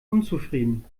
unzufrieden